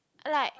like